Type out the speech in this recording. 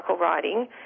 riding